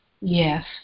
yes